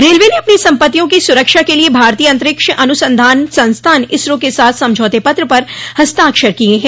railway ने अपनी सम्पत्तियों की सुरक्षा के लिए भारतीय अतंरिक्ष अनुसंधान संस्थान इसरो के साथ समझौता पत्र हस्ताक्षर किया है